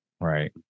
right